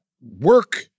work